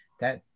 that-